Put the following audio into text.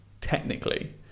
technically